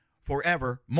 forevermore